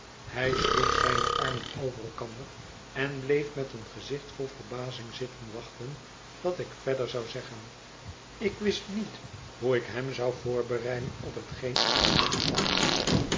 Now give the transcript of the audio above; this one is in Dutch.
hij sloeg zijne armen over elkander en bleef met een gezicht vol verbazing zitten wachten wat ik verder zou zeggen ik wist niet hoe ik hem zou voorbereiden op hetgeen ik te zeggen had